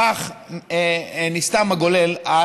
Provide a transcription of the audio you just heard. בכך נסתם הגולל על